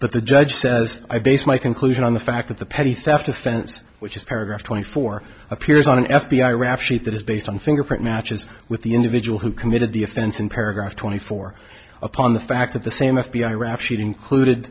but the judge says i base my conclusion on the fact that the petty theft offense which is paragraph twenty four appears on an f b i rap sheet that is based on fingerprint matches with the individual who committed the offense in paragraph twenty four upon the fact that the same f b i rap sheet included